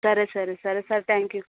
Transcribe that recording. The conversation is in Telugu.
సరే సరే సరే సార్ థ్యాంక్ యూ